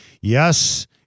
Yes